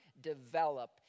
develop